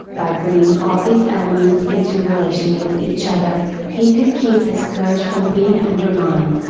by bringing all these elements into relation with each other, he could keep his courage from being undermined,